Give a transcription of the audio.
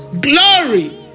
glory